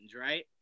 right